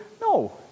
No